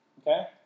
Okay